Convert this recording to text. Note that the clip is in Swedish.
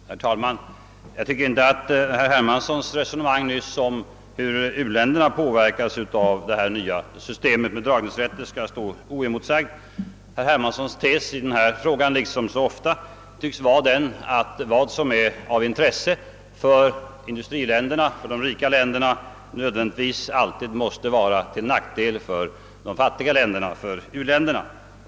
Herr talman! Jag tycker inte att herr Hermanssons resonemang nyss om hur u-länderna påverkas av det nya systemet med dragningsrätter skall få stå oemotsagt. Herr Hermanssons tes i denna fråga liksom så ofta annars tycks vara, att vad som är av intresse för industriländerna, de rika länderna, nödvändigtvis måste vara till nackdel för de fattiga länderna, u-länderna.